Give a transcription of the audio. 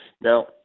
now